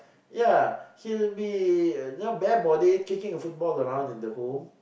ya he would be you know bare body kicking a football around in the whole